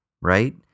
right